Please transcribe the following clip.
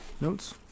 Notes